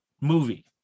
movie